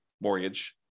mortgage